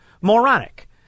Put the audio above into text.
moronic